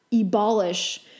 abolish